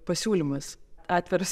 pasiūlymas atviras